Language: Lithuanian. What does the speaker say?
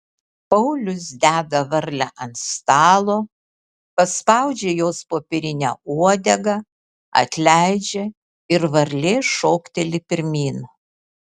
paulius deda varlę ant stalo paspaudžia jos popierinę uodegą atleidžia ir varlė šokteli pirmyn